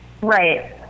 Right